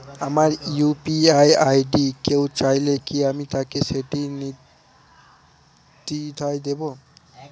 আমার UPI ID কেউ চাইলে কি আমি তাকে সেটি নির্দ্বিধায় দেব?